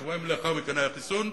שבועיים לאחר מכן היה חיסון.